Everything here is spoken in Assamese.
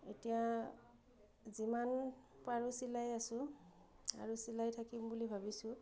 এতিয়া যিমান পাৰোঁ চিলাই আছোঁ আৰু চিলাই থাকিম বুলি ভাবিছোঁ